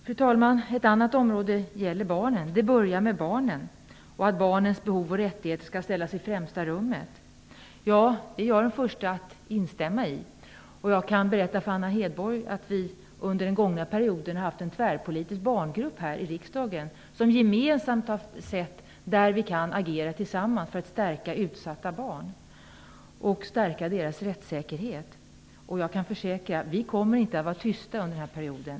Fru talman! Ett annat område gäller barnen. Det börjar ju med barnen. Barnens behov och rättigheter skall ställas i främsta rummet, som det heter. Jag är den första att instämma i det. Jag kan berätta för Anna Hedborg att vi under den gånga perioden hade en tvärpolitisk barngrupp här i riksdagen som gemensamt har sett var vi kan agera tillsammans för att stärka utsatta barn och deras rättssäkerhet. Jag kan försäkra att vi inte kommer att vara tysta under den här perioden.